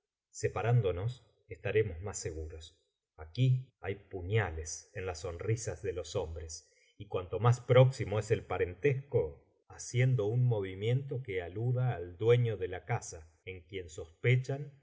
separándonos estaremos más seguros aquí hay puñales en las sonrisas de los hombres y cuanto más próximo es el parentesco haciendo un movimiento que aluda al dueño de la casa en